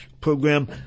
program